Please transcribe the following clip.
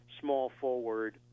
small-forward